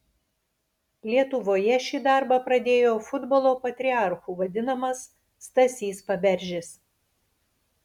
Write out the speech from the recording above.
lietuvoje šį darbą pradėjo futbolo patriarchu vadinamas stasys paberžis